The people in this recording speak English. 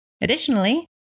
Additionally